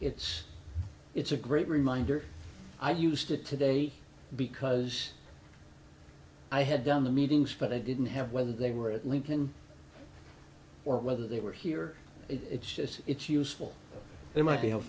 it's it's a great reminder i used it today because i had done the meetings but i didn't have when they were at lincoln or whether they were here it's just it's useful they might be help